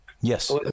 Yes